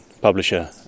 publisher